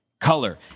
Color